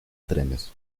trenes